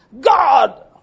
God